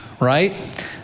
right